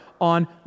on